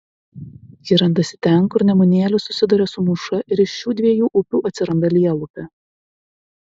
ji randasi ten kur nemunėlis susiduria su mūša ir iš šių dviejų upių atsiranda lielupė